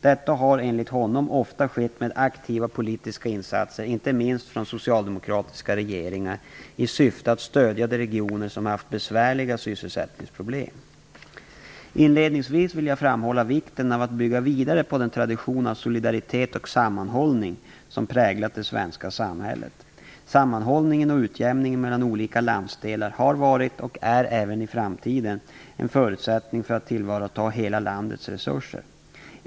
Detta har enligt honom ofta skett med aktiva politiska insatser, inte minst från socialdemokratiska regeringar, i syfte att stödja de regioner som har haft besvärliga sysselsättningsproblem. Inledningsvis vill jag framhålla vikten av att bygga vidare på den tradition av solidaritet och sammanhållning som präglat det svenska samhället. Sammanhållningen och utjämningen mellan olika landsdelar har varit, och är även i framtiden, en förutsättning för att tillvarata hela landets resurser.